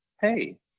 hey